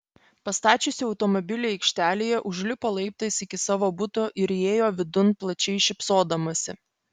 pastačiusi automobilį aikštelėje užlipo laiptais iki savo buto ir įėjo vidun plačiai šypsodamasi